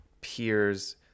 peers